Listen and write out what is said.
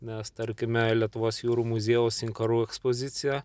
nes tarkime lietuvos jūrų muziejaus inkarų ekspozicija